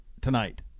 tonight